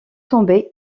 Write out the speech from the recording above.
tomber